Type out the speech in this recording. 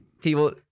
people